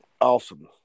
Awesome